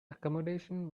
accommodation